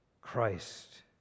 Christ